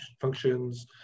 functions